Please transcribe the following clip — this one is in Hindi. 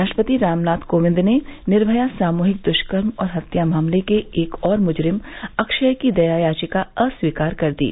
राष्ट्रपति रामनाथ कोविंद ने निर्भया सामूहिक दुष्कर्म और हत्या मामले के एक और मुजरिम अक्षय की दया याचिका अस्वीकार कर दी